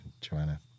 Joanna